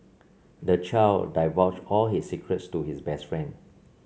the child divulged all his secrets to his best friend